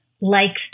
likes